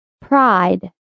PRIDE